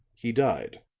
he died.